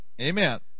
Amen